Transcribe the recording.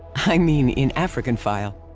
i mean in african file,